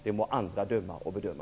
Det må andra döma och bedöma.